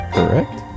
Correct